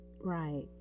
right